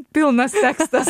pilnas tekstas